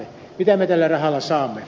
mitä me tällä rahalla saamme